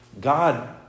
God